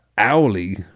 owly